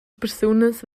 persunas